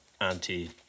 anti